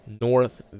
north